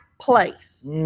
place